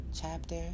Chapter